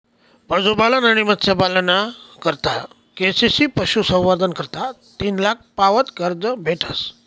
पशुपालन आणि मत्स्यपालना करता के.सी.सी पशुसंवर्धन करता तीन लाख पावत कर्ज भेटस